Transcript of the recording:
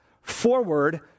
forward